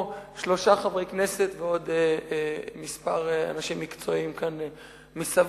שלושה חברי כנסת ועוד מספר אנשים מקצועיים מסביב,